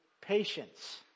patience